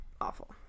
awful